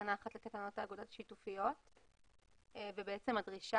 בתקנה 1 לתקנות האגודות השיתופית ובעצם הדרישה